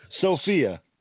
Sophia